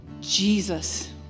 Jesus